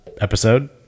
episode